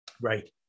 right